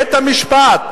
בית-המשפט,